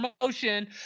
promotion